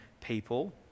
people